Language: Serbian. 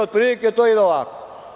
Otprilike, to ide ovako.